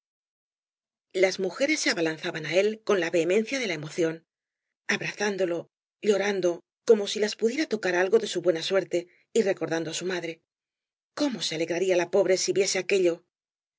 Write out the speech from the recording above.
las mujeres se abalanzaban á él con la vehe mencia de la emoción abrazándolo llorando como bi las pudiera tocar algo de su buena suerte y recordando á su madre cómo se alegraría la pobre si viese aquello